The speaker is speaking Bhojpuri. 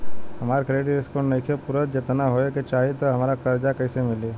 हमार क्रेडिट स्कोर नईखे पूरत जेतना होए के चाही त हमरा कर्जा कैसे मिली?